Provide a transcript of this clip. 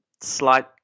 slight